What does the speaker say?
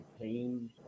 pain